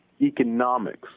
economics